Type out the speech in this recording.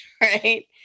right